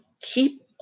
keep